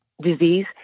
disease